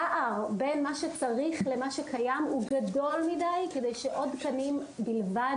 הפער בין מה שצריך למה שקיים הוא גדול מידי כדי שעוד תקנים בלבד